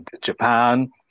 Japan